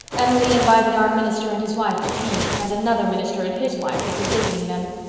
emily invited our minister and his wife to tea, and another minister and his wife that was visiting them.